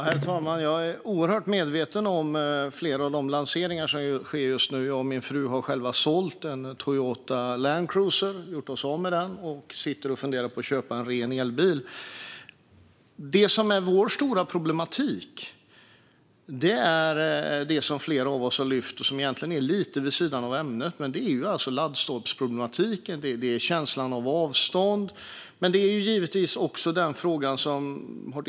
Herr talman! Jag är mycket väl medveten om flera av de lanseringar som sker just nu. Jag och min fru har själva sålt en Toyota Landcruiser och funderar nu på att köpa en ren elbil. Den stora problematiken som flera här redan har tagit upp är laddstolpsproblematiken, även om den ligger lite vid sidan av ämnet.